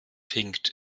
hinkt